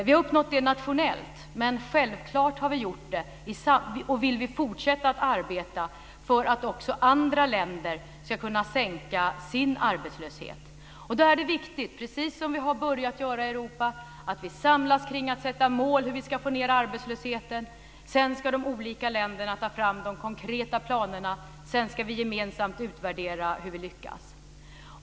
Vi har uppnått det nationellt men självklart vill vi fortsätta att arbeta för att också andra länder ska kunna sänka sin arbetslöshet. Då är det viktigt att vi, precis som vi har börjat göra i Europa, samlas kring att sätta mål för hur vi ska få ned arbetslösheten. Sedan ska de olika länderna ta fram de konkreta planerna. Därefter ska vi gemensamt utvärdera hur vi lyckats.